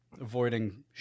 avoiding